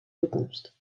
toekomst